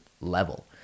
level